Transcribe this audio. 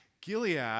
Gilead